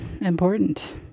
Important